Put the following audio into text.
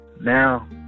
Now